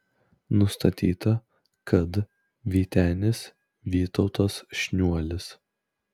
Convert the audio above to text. nustatyta kad vytenis vytautas šniuolis